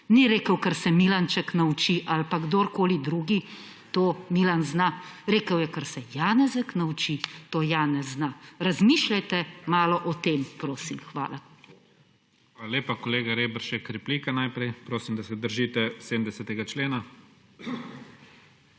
Ni rekel, kar se Milanček nauči ali pa kdorkoli drug, to Milan zna. Rekel je, kar se Janezek nauči, to Janez zna. Razmišljajte malo o tem, prosim. Hvala. **PREDSEDNIK IGOR ZORČIČ:** Hvala lepa. Kolega Reberšek, replika. Prosim, da se držite 70. člena.